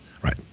right